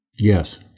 Yes